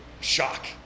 shock